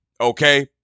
Okay